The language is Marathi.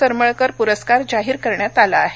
सरमळकर पुरस्कार जाहीर करण्यात आला आहे